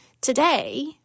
today